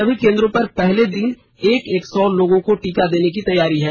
सभी केंद्रों पर पहले दिन एक एक सौ लोगों को टीका दिए जाने की तैयारी है